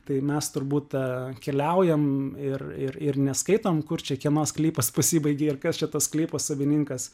tai mes turbūt keliaujam ir ir ir neskaitom kur čia kieno sklypas pasibaigė ir kas čia tas sklypo savininkas